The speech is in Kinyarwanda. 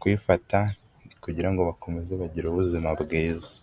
kuyifata kugira ngo bakomeze bagire ubuzima bwiza.